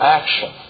action